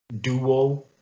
duo